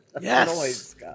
Yes